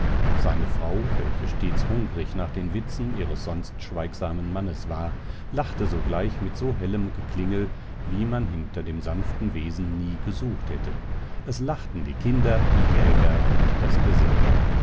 seine frau welche stets hungrig nach den witzen ihres sonst schweigsamen mannes war lachte sogleich mit so hellem geklingel wie man hinter dem sanften wesen nie gesucht hätte es lachten die kinder die jäger und das gesinde